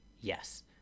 yes